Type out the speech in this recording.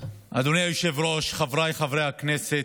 אדוני היושב-ראש, חבריי חברי הכנסת,